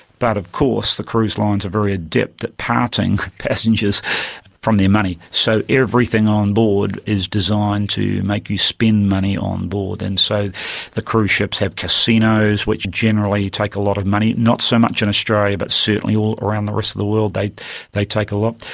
of course the cruise lines are very adept at parting passengers from their money. so everything on board is designed to make you spend money on board. and so the cruise ships have casinos which generally take a lot of money not so much in australia but certainly all around the rest of the world they they take a lot.